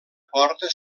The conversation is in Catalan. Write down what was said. porta